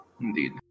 Indeed